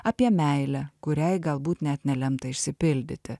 apie meilę kuriai galbūt net nelemta išsipildyti